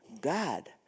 God